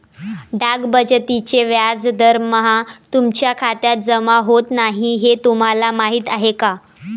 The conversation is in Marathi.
डाक बचतीचे व्याज दरमहा तुमच्या खात्यात जमा होत नाही हे तुम्हाला माहीत आहे का?